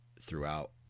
throughout